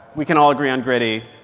we can all agree on gritty.